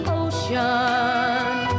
ocean